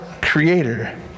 creator